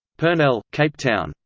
purnell, cape town.